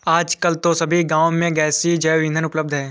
आजकल तो सभी गांव में गैसीय जैव ईंधन उपलब्ध है